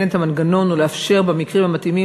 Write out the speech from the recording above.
את המנגנון ולאפשר במקרים המתאימים,